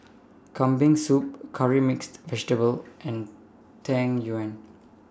Kambing Soup Curry Mixed Vegetable and Tang Yuen